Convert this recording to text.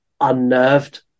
Unnerved